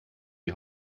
die